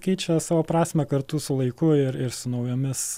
keičia savo prasmę kartu su laiku ir ir su naujomis